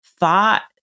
thought